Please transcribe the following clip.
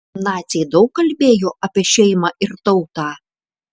naciai daug kalbėjo apie šeimą ir tautą